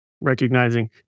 recognizing